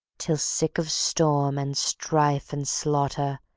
till sick of storm and strife and slaughter,